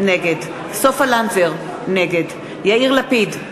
נגד סופה לנדבר, נגד יאיר לפיד,